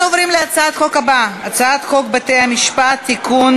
אנחנו עוברים להצעת החוק הבאה: הצעת חוק בתי-המשפט (תיקון,